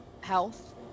health